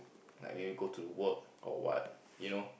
like maybe go to work or what you know